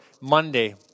Monday